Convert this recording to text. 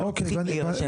הם לא צריכים להירשם.